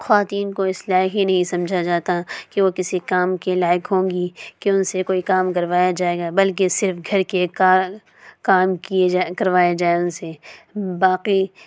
خواتین کو اس لائق ہی نہیں سمجھا جاتا کہ وہ کسی کام کے لائق ہوں گی کہ ان سے کوئی کام کروایا جائے گا بلکہ صرف گھر کے کام کام کیے جائے کروائے جائیں ان سے باقی